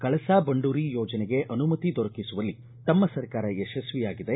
ಕಳಸಾ ಬಂಡೂರಿ ಯೋಜನೆಗೆ ಅನುಮತಿ ದೊರಕಿಸುವಲ್ಲಿ ತಮ್ಮ ಸರ್ಕಾರ ಯಶಸ್ವಿಯಾಗಿದೆ